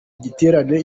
giterane